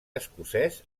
escocès